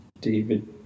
David